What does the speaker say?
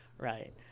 Right